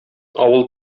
авыл